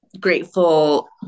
grateful